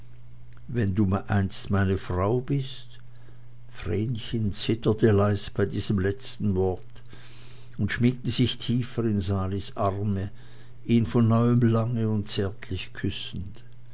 wenn du einst meine frau bist vrenchen zitterte leis bei diesem letzten worte und schmiegte sich tiefer in salis arme ihn von neuem lange und zärtlich küssend